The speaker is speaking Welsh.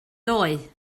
ddoe